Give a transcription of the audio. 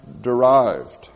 derived